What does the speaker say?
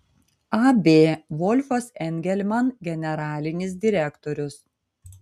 ab volfas engelman generalinis direktorius